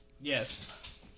Yes